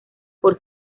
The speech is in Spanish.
por